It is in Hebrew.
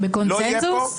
בקונצנזוס?